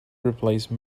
replace